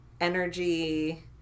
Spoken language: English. energy